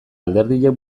alderdiek